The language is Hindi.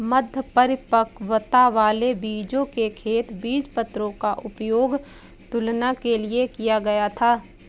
मध्य परिपक्वता वाले बीजों के खेत बीजपत्रों का उपयोग तुलना के लिए किया गया था